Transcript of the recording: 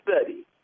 study